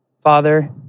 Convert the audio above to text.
Father